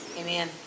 Amen